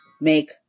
make